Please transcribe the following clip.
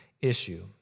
issue